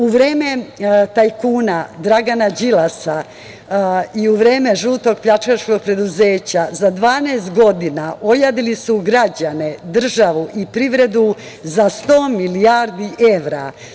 U vreme tajkuna Dragana Đilasa i u vreme žutog pljačkaškog preduzeća za 12 godina ojadili su građane, državu i privredu za 100 milijardi evra.